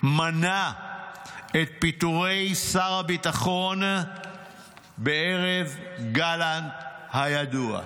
מנע את פיטורי שר הביטחון בערב גלנט הידוע.